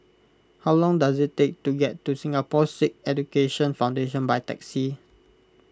how long does it take to get to Singapore Sikh Education Foundation by taxi